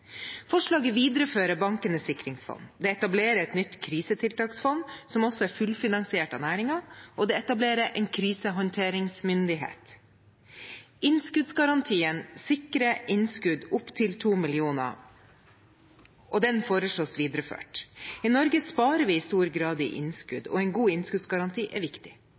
Forslaget viderefører Bankenes sikringsfond, det etablerer et nytt krisetiltaksfond, som også er fullfinansiert av næringen, og det etablerer en krisehåndteringsmyndighet. Innskuddsgarantien sikrer innskudd opp til 2 mill. kr, og den foreslås videreført. I Norge sparer vi i stor grad i innskudd, og en god innskuddsgaranti er viktig.